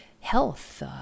health